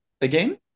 again